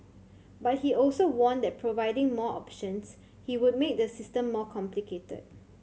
but he also warned that providing more options he would make the system more complicated